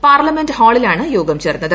parliament ഹാളിലാണ് യോഗം ചേർന്നത്